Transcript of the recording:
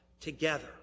together